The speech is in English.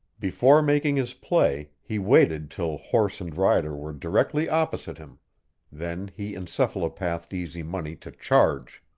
before making his play, he waited till horse and rider were directly opposite him then he encephalopathed easy money to charge.